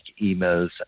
emails